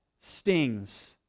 stings